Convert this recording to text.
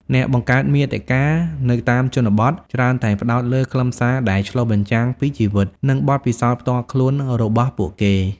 អ្នកបង្កើតមាតិកានៅតាមជនបទច្រើនតែផ្តោតលើខ្លឹមសារដែលឆ្លុះបញ្ចាំងពីជីវិត និងបទពិសោធន៍ផ្ទាល់ខ្លួនរបស់ពួកគេ។